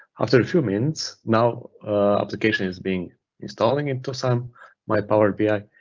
after a few minutes, now application is being installing into so um my power bi